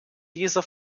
dieser